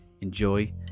enjoy